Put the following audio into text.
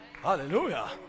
Hallelujah